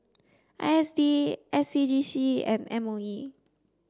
I S D S C G C and M O E